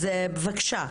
אז בבקשה,